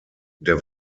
der